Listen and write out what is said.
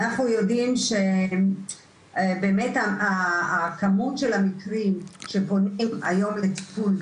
אנחנו יודעים שבאמת הכמות של המקרים שפונים היום לטיפול,